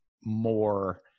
more